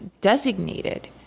designated